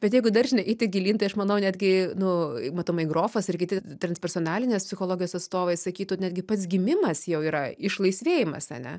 bet jeigu dar žinai eiti gilyn tai aš manau netgi nu matomai grofas ir kiti transpersonalinės psichologijos atstovai sakytų netgi pats gimimas jau yra išlaisvėjimas ane